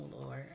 Lord